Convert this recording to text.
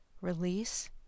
release